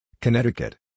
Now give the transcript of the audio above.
Connecticut